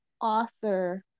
author